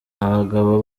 abagabo